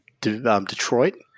Detroit